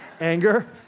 Anger